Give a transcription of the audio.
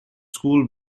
school